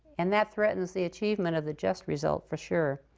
and that threatens the achievement of the just result for sure.